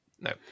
no